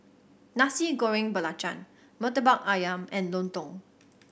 Nasi Goreng Belacan Murtabak Ayam and Lontong